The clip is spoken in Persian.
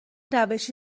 روشی